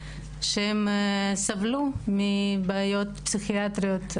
שהם סבלו מבעיות פסיכיאטריות,